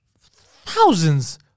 thousands